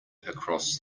across